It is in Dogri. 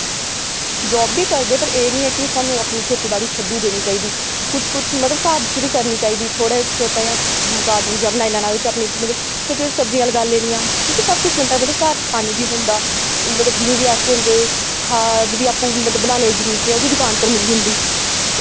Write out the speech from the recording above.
जाब बी करदे पर एह् निं ऐ कि सानू अपनी खेती बाड़ी छड्डी देनी चाहिदी कुछ कुछ मतलब घर च बी करनी चाहिदी थोह्ड़े छोटा यां गार्डन जेहा बनाई लैना उदे च अपनी मतलब छोटी छोटी सब्जियां लगा लेनियां क्यूंकि सब कुछ बनता मतलब घर च पानी वी होंदा मतलब बीऽ वी ऐसे होंदे खाद वी आपू मतलव बनाने दी जरूरत निं ओह् बी दुकान पर मिल्ली जंदी